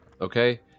Okay